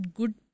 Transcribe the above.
good